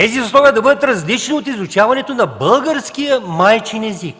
тези условия да бъдат различни от тези при изучаването на българския майчин език?